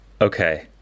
Okay